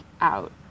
out